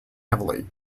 heavily